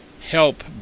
help